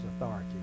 authority